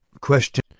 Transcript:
Question